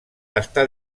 està